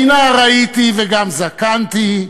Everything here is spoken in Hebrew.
כי נער הייתי וגם זקנתי,